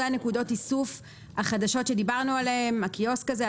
אלה נקודות האיסוף החדשות שדיברנו עליהן: הקיוסק הזה,